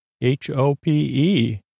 H-O-P-E